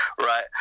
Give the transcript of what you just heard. right